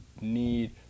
need –